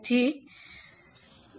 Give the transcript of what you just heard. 75 x 0